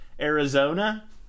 Arizona